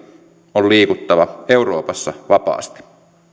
on liikuttava euroopassa vapaasti